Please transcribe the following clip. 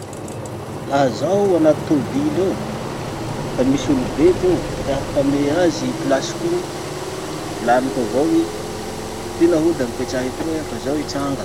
Laha zaho anaty tobily ao, ka misy olobe ty ao, tiako hame azy placeko iny, volaniko avao i, ty nahoda mipetraha etoy iha fa zaho hitsanga.